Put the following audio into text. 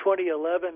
2011